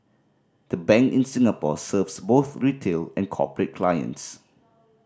the bank in Singapore serves both retail and corporate clients